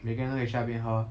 每个人都可以去那边喝